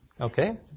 Okay